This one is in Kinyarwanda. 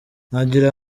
nagira